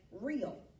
real